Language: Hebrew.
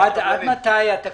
עד מתי התקנות?